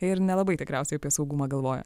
ir nelabai tikriausiai apie saugumą galvoja